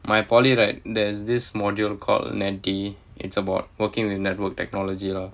my polytechnic right there's this module called nanty it's about working with network technology lor